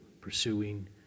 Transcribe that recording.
pursuing